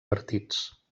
partits